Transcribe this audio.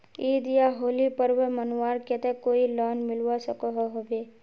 ईद या होली पर्व मनवार केते कोई लोन मिलवा सकोहो होबे?